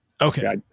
Okay